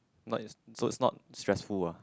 nice so it's not stressful ah